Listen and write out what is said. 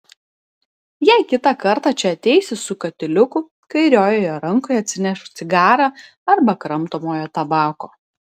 jei kitą kartą čia ateisi su katiliuku kairiojoje rankoje atsinešk cigarą arba kramtomojo tabako